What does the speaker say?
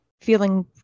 feeling